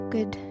Good